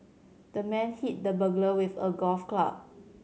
the man hit the burglar with a golf club